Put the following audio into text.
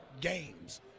games